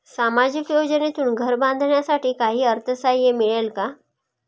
सामाजिक योजनेतून घर बांधण्यासाठी काही अर्थसहाय्य मिळेल का?